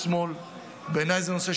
ואני אומר לך,